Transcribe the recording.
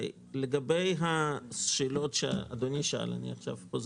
לגבי השאלות שאדוני היושב-ראש שאל אני עכשיו חוזר